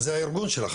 וזה הארגון שלך,